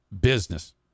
Business